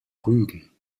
rügen